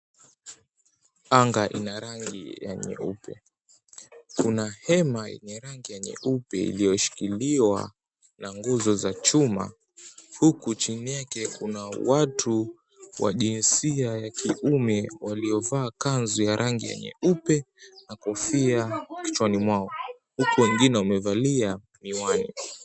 Anga ina rangi ya nyeupe. Kuna hema yenye rangi ya nyeupe iliyoshikiliwa na nguzo za chuma. Huku chini yake kuna watu wa jinsia ya kiume waliovaa kanzu ya rangi ya nyeupe na kofia kichwani mwao. Huku wengine wamevalia miwani.